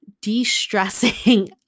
de-stressing